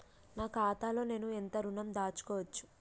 నా ఖాతాలో నేను ఎంత ఋణం దాచుకోవచ్చు?